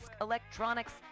Electronics